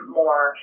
more